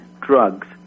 drugs